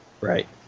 Right